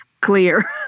clear